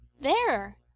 There